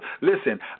listen